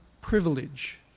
privilege